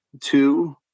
Two